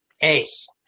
Ace